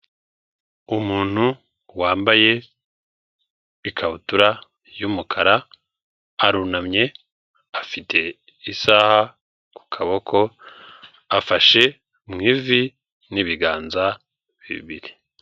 Umuntu wambaye ikabutura y'umukara arunamye afite isaha ku kaboko, afashe mu ivi n'ibiganza bibiri.